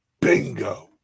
Bingo